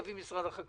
יביא משרד החקלאות.